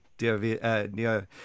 neo